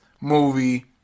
movie